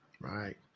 Right